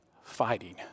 fighting